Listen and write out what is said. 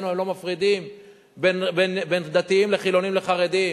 הם לא מפרידים בין דתיים לחילונים לחרדים,